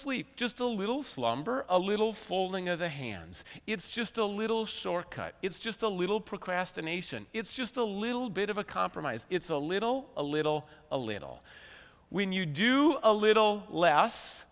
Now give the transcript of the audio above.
sleep just a little slumber a little folding of the hands it's just a little shortcut it's just a little procrastination it's just a little bit of a compromise it's a little a little a little when you do a little less